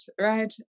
Right